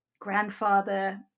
grandfather